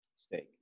Steak